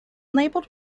labelled